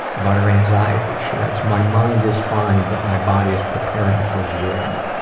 about her anxiety, she writes, my mind is fine, but my body is preparing for war.